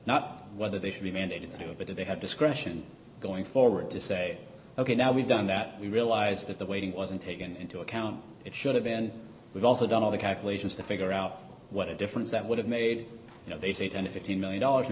not whether they should be mandated to do a bit of they have discretion going forward to say ok now we've done that we realise that the waiting wasn't taken into account it should have been we've also done all the calculations to figure out what a difference that would have made you know they say ten dollars to fifteen million dollars